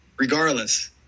regardless